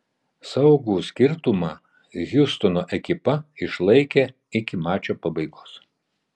saugų skirtumą hjustono ekipa išlaikė iki mačo pabaigos